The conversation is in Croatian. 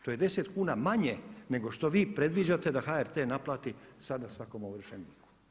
To je 10 kuna manje nego što vi predviđate da HRT naplati sada svakom ovršeniku.